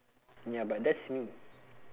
ya but that's me